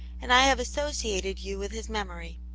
and i have associated you with his memory.